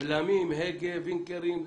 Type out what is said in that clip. בלמים, הגה, וינקרים.